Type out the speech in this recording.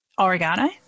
oregano